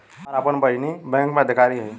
हमार आपन बहिनीई बैक में अधिकारी हिअ